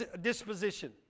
disposition